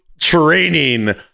training